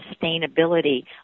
sustainability